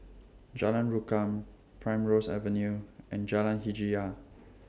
Jalan Rukam Primrose Avenue and Jalan Hajijah